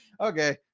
Okay